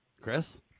Chris